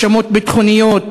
האשמות ביטחוניות,